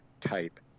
type